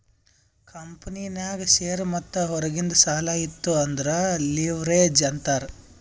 ಕಂಪನಿನಾಗ್ ಶೇರ್ ಮತ್ತ ಹೊರಗಿಂದ್ ಸಾಲಾ ಇತ್ತು ಅಂದುರ್ ಲಿವ್ರೇಜ್ ಅಂತಾರ್